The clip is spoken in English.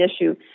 issue